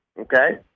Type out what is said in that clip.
okay